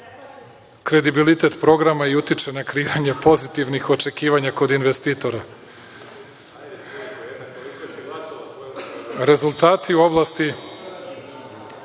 kredibilitet programa i utiče na kreiranje pozitivnih očekivanja kod investitora. Rezultati